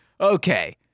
Okay